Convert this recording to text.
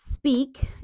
Speak